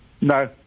No